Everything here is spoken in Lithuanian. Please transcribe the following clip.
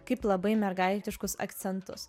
kaip labai mergaitiškus akcentus